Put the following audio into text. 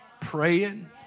praying